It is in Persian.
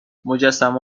مجسمه